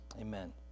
amen